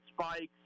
Spikes